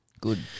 Good